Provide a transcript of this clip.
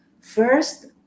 first